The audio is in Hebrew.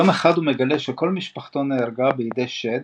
יום אחד הוא מגלה שכל משפחתו נהרגה בידי שד